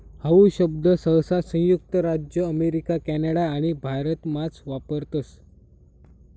how शब्द सहसा संयुक्त राज्य अमेरिका कॅनडा आणि भारतमाच वापरतस